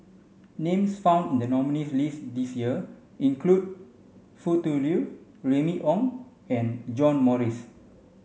names found in the nominees' list this year include Foo Tui Liew Remy Ong and John Morrice